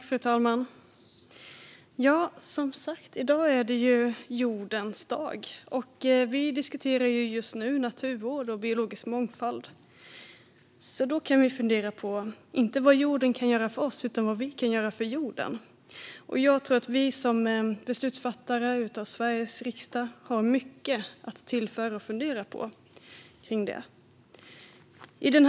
Fru talman! Som sagt är det jordens dag i dag. Vi diskuterar just nu naturvård och biologisk mångfald. Då kan vi fundera på inte vad jorden kan göra för oss utan på vad vi kan göra för jorden. Jag tror att vi som beslutsfattare i Sveriges riksdag har mycket att tillföra och fundera på kring detta.